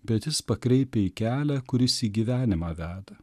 bet jis pakreipia į kelią kuris į gyvenimą veda